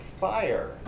fire